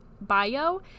bio